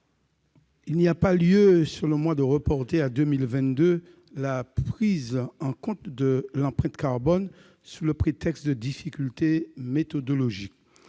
Il n'y a pas lieu, selon moi, de reporter à 2022 la prise en compte de l'empreinte carbone, sous le prétexte de difficultés méthodologiques.